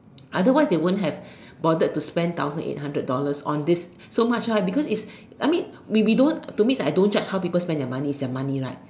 otherwise they won't have bothered to spend thousand eight hundred dollars on this so much right because its I mean we we don't to me I don't judge how people its their money right